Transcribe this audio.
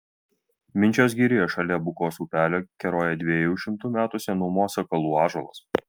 minčios girioje šalia bukos upelio keroja dviejų šimtų metų senumo sakalų ąžuolas